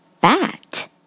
bat